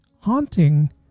haunting